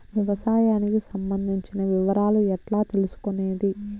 వ్యవసాయానికి సంబంధించిన వివరాలు ఎట్లా తెలుసుకొనేది?